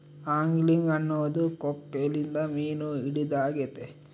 angling ಅನ್ನೊದು ಕೊಕ್ಕೆಲಿಂದ ಮೀನು ಹಿಡಿದಾಗೆತೆ